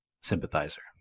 sympathizer